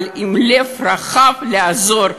אבל עם לב רחב לעזור.